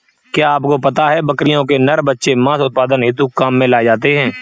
क्या आपको पता है बकरियों के नर बच्चे मांस उत्पादन हेतु काम में लाए जाते है?